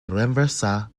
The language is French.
renversa